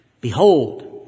Behold